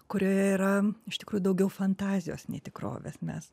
kurioje yra iš tikrųjų daugiau fantazijos nei tikrovės mes